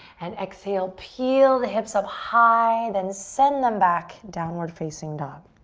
and exhale, peel the hips up high, then send them back, downward facing dog.